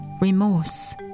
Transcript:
remorse